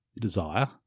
desire